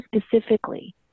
specifically